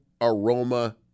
aroma